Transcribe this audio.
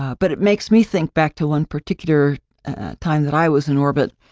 but it makes me think back to one particular time that i was in orbit,